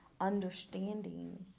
understanding